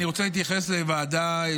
אני רוצה להתייחס לוועדה,